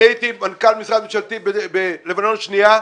אני הייתי מנכ"ל משרד ממשלתי בלבנון השנייה,